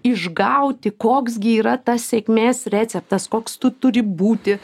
išgauti koks gi yra tas sėkmės receptas koks tu turi būti